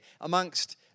amongst